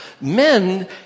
Men